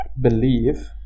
believe